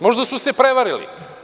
Možda su se prevarili?